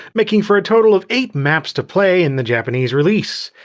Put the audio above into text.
making for a total of eight maps to play in the japanese release.